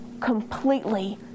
completely